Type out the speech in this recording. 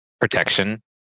protection